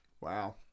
Wow